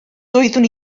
doeddwn